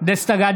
גדי